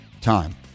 time